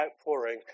outpouring